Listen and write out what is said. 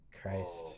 Christ